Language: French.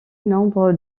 nombre